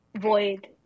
void